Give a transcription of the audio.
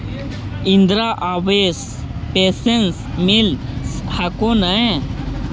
Indira Awas pension मिल हको ने?